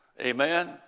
Amen